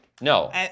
No